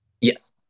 Yes